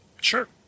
Sure